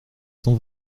son